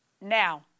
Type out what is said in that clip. Now